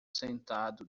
sentado